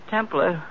Templar